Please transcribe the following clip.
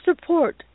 support